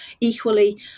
Equally